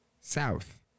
south